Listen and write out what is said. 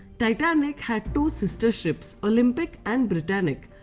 titanic had two sister ships olympic and britannic.